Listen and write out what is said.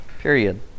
period